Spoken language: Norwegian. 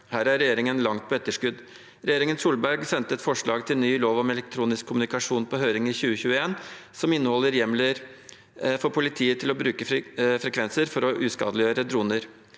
Her er regjeringen langt på etterskudd. Regjeringen Solberg sendte et forslag til ny lov om elektronisk kommunikasjon på høring i 2021. Loven inneholder hjemler for politiet til å bruke frekvenser for å uskadeliggjøre droner.